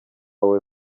wawe